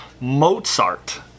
Mozart